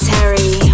Terry